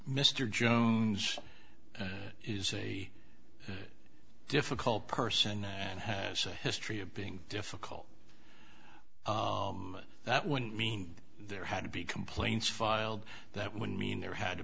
mr jones is a difficult person and has a history of being difficult that wouldn't mean there had to be complaints filed that would mean there had to